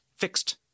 fixed